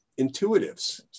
intuitives